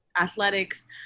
athletics